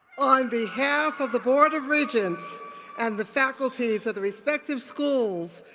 on behalf of the board of regents and the faculties of the respective schools,